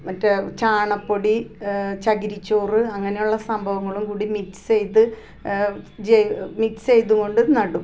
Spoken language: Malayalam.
മറ്റേ ചാണകപ്പൊടി ചകിരിച്ചോറ് അങ്ങനെ ഉള്ള സംഭവങ്ങളും കൂടി മിക്സ് ചെയ്ത് മിക്സ് ചെയ്ത് കൊണ്ട് നടും